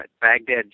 Baghdad